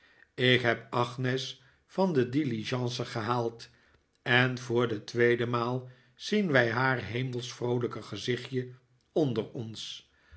ik heb agnes van de diligence gehaald en voor de tweede maal zien wij haar hemelsch vroolijke gezichtje onder ons